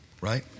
right